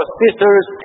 sisters